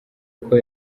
uko